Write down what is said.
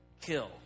kill